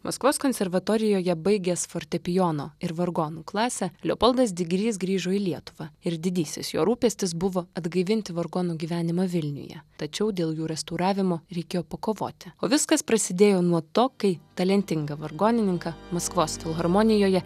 maskvos konservatorijoje baigęs fortepijono ir vargonų klasę leopoldas digrys grįžo į lietuvą ir didysis jo rūpestis buvo atgaivinti vargonų gyvenimą vilniuje tačiau dėl jų restauravimo reikėjo pakovoti o viskas prasidėjo nuo to kai talentingą vargonininką maskvos filharmonijoje